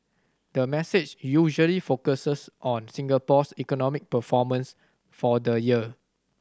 the message usually focuses on Singapore's economic performance for the year